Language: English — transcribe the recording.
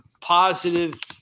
positive